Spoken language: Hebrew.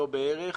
לא בערך,